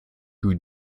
who